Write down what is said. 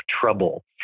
trouble